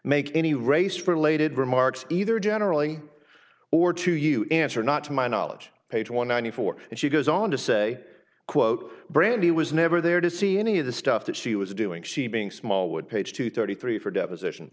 make any race related remarks either generally or to you answer not to my knowledge page one ninety four and she goes on to say quote brandi was never there to see any of the stuff that she was doing she being small would page two thirty three for deposition